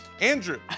Andrew